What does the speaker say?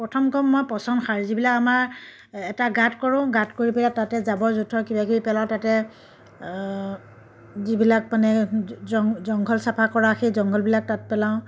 প্ৰথম ক'ম মই পচন সাৰ যিবিলাক আমাৰ এটা গাঁত কৰোঁ গাঁত কৰি পেলাই তাতে জাৱৰ জোথৰ কিবা কিবি পেলাওঁ তাতে যিবিলাক মানে জংঘল চাফা কৰা সেই জংঘলবিলাক তাত পেলাওঁ